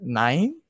nine